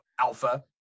alpha